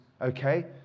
okay